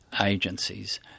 agencies